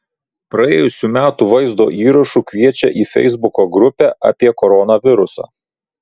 praėjusių metų vaizdo įrašu kviečia į feisbuko grupę apie koronavirusą